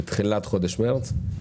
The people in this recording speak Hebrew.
בתחילת חודש מרץ,